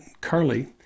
Carly